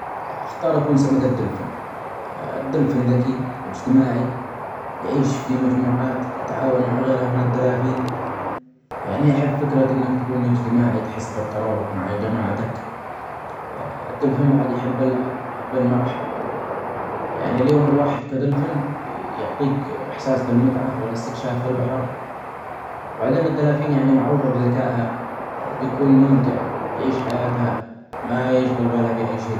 أختار أكون سمكة دولفين ، الدلفين ذكي ، أجتماعي يعيش في مجموعات ، يتعاون مع مع غيره من الدلافين، يعني أحب فكرة أنك تكون إجتماعي تحس بالترابط مع جماعتك أ الدولفين بعد يحب اللعب ، يحب المرح ، يعني اليوم الواحد كدولفين يعطيك إحساس بالمتعة والإستكشاف في البحر وبعدين الدلافين يعني معروفة بذكائها ، وبيكون ممتع تعيش حياتها ما يشغل بالها بأي شئ.